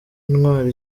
intwari